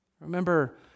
Remember